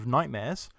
Nightmares